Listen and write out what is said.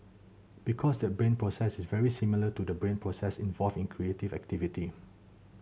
because that brain process is very similar to the brain process involved in creative activity